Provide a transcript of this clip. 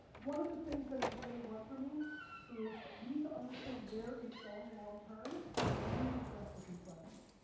one of the things that has really worked for me is you need to understand where it's going long term, but you know you need to address what's in front of you.